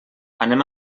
anem